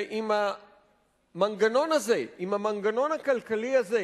ועם המנגנון הזה, עם המנגנון הכלכלי הזה,